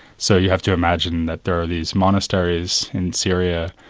so you have to imagine that there are these monasteries in syria,